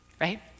Right